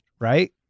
right